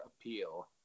appeal